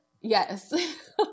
yes